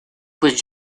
pues